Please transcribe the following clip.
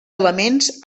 elements